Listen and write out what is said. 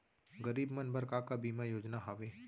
गरीब मन बर का का बीमा योजना हावे?